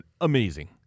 Amazing